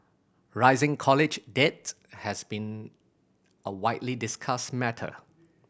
rising college debt has been a widely discussed matter